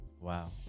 Wow